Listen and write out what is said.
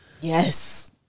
Yes